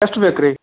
ಎಷ್ಟು ಬೇಕು ರೀ